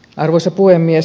arvoisa puhemies